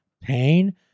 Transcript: pain